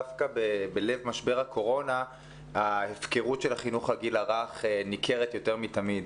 דווקא בלב משבר הקורונה ההפקרות של החינוך לגיל הרך ניכרת יותר מתמיד.